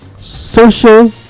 social